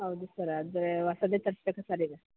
ಹೌದು ಸರ್ ಆದರೆ ಹೊಸದೇ ತರಿಸ್ಬೇಕು ಸರ್ ಈಗ